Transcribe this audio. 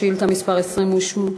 שאילתה מס' 28,